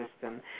system